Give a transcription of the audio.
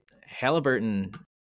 Halliburton